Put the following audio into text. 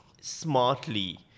smartly